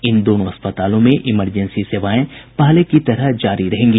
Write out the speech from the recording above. इन दोनों अस्पतालों में इमरजेंसी सेवाएं पहले की तरह जारी रहेंगी